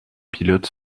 pilotes